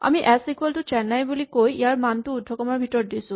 আমি H equal to 'Chennai' বুলি কৈ ইয়াৰ মানটো এটা উদ্ধকমাৰ ভিতৰত দিছো